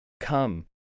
Come